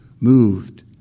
moved